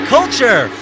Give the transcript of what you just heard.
Culture